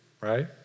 right